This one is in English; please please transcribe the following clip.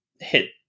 hit